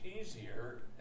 easier